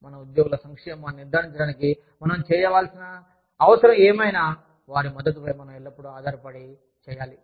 మన ఉద్యోగుల సంక్షేమాన్ని నిర్ధారించడానికి మనం చేయాల్సిన అవసరం ఏమైనా వారి మద్దతుపై మనం ఎల్లప్పుడూ ఆధారపడి చేయాలి